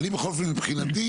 אני בכל אופן, מבחינתי,